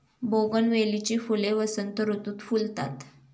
बोगनवेलीची फुले वसंत ऋतुत फुलतात